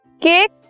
cake